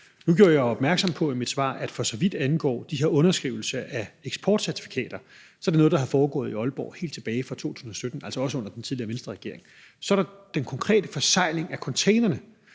Nu gjorde jeg jo opmærksom på i mit svar, at for så vidt angår de her underskrivelser af eksportcertifikater, er det noget, der har foregået i Aalborg helt tilbage fra 2017, altså også under den tidligere Venstreregering. Så er der den konkrete forsegling af containerne,